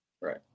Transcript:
Right